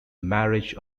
marriage